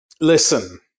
listen